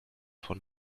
von